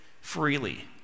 freely